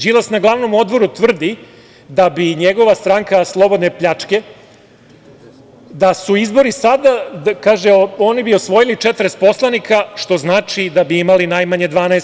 Đilas na glavnom odboru tvrdi da bi njegova stranka slobodne pljačke, da su izbori sada, kaže da bi oni osvojili 40 poslanika, što znači da bi imali najmanje 12%